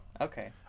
okay